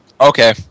Okay